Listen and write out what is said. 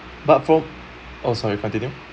but from oh sorry continue